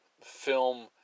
film